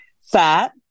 fat